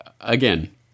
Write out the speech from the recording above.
again